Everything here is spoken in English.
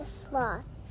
floss